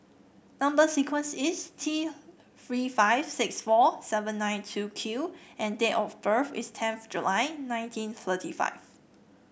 number sequence is T Three five six four seven nine two Q and date of birth is tenth July nineteen thirty five